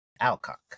Alcock